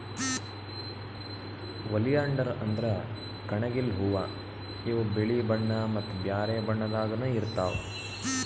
oleander ಅಂದ್ರ ಕಣಗಿಲ್ ಹೂವಾ ಇವ್ ಬಿಳಿ ಬಣ್ಣಾ ಮತ್ತ್ ಬ್ಯಾರೆ ಬಣ್ಣದಾಗನೂ ಇರ್ತವ್